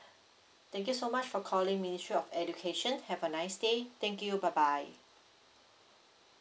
thank you so much for calling ministry of education have a nice day thank you bye bye